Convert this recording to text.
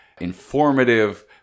informative